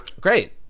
Great